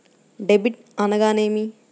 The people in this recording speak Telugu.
డెబిట్ అనగానేమి?